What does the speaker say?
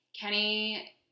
Kenny